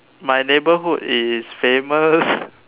my neighbourhood is famous